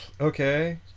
okay